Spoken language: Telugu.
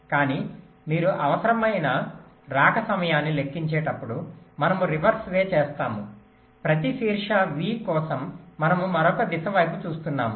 కానీ మీరు అవసరమైన రాక సమయాన్ని లెక్కించేటప్పుడు మనము రివర్స్ వే చేస్తాము ప్రతి శీర్ష V కోసం మనం మరొక దిశ వైపు చూస్తున్నాము